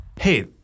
Hey